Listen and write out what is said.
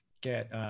get